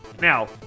Now